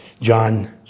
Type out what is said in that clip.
John